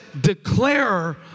declare